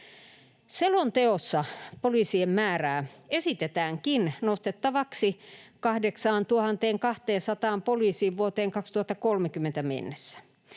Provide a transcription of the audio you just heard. Selonteossa poliisien määrä esitetäänkin nostettavaksi 8 200 poliisiin vuoteen 2030 mennessä.